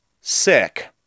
sick